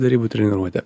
derybų treniruotė